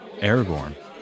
Aragorn